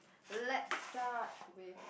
let's start with